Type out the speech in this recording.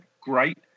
Great